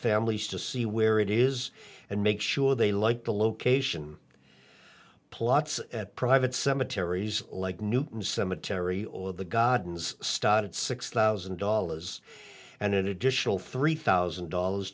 families to see where it is and make sure they like the location plots at private cemeteries like newton cemetery or the godwin's started six thousand dollars and an additional three thousand dollars